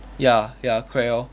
ya ya correct orh